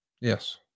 yes